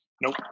Nope